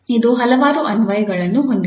ಇದು ಹಲವಾರು ಅನ್ವಯಗಳನ್ನು ಹೊಂದಿದೆ